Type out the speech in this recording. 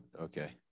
okay